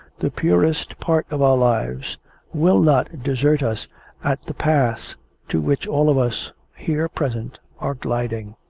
the purest part of our lives will not desert us at the pass to which all of us here present are gliding.